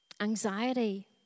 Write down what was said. anxiety